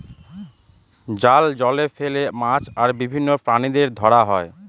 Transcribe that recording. জাল জলে ফেলে মাছ আর বিভিন্ন প্রাণীদের ধরা হয়